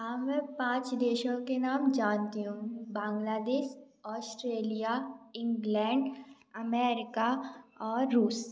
हाँ मैं पाँच देशों के नाम जानती हूँ बांग्लादेश ऑस्ट्रेलिया इंग्लैंड अमेरिका और रूस